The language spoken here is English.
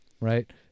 right